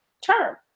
term